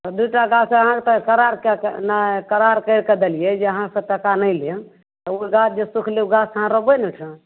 आ दू टा गाछ आहाँके तऽ करार कए कऽ नहि करार कैरि कऽ देलियै जे अहाँ सँ टका नहि लेब तऽ ओ गाछ जे सूखलै ओ गाछ अहाँ रोपबै नहि ओहिठाम